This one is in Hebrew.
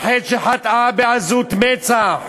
על חטא שחטאה בעזות מצח,